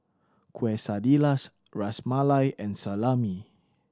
Quesadillas Ras Malai and Salami